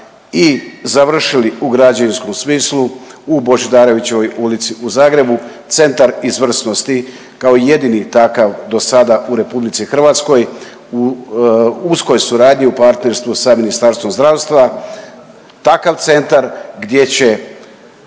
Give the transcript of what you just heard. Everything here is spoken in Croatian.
i završili u građevinskom smislu u Božidarevićevoj ulici u Zagrebu Centar izvrsnosti kao jedini takav dosada u RH u uskoj suradnji, u partnerstvu sa Ministarstvom zdravstva. Takav centra gdje će